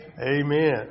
Amen